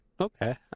okay